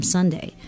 Sunday